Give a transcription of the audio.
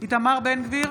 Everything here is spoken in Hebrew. איתמר בן גביר,